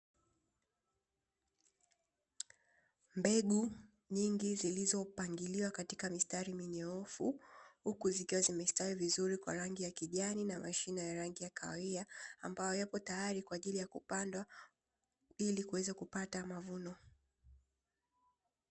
Mbegu nyingi zilizopangiliwa katika mistari minyoofu, huku zikiwa zimestawi vizuri kwa rangi ya kijani na mashina ya rangi ya kahawia, ambayo yapo tayari kwa ajili ya kupandwa ili kuweza kupata mavuno.